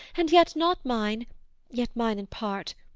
and yet not mine yet mine in part.